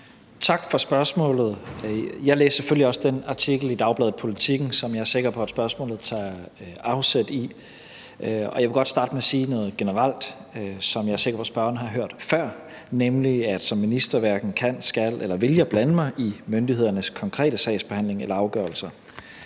Tak for spørgsmålet. Jeg læste selvfølgelig også den artikel i dagbladet Politiken, som jeg er sikker på at spørgsmålet tager afsæt i. Jeg vil godt starte med at sige noget generelt, som jeg er sikker på at spørgeren har hørt før, nemlig at jeg som minister hverken kan, skal eller vil blande mig i myndighedernes konkrete sagsbehandling eller afgørelser.